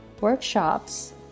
workshops